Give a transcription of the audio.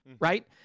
right